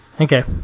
Okay